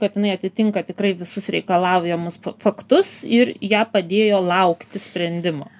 kad jinai atitinka tikrai visus reikalaujamus faktus ir ją padėjo laukti sprendimo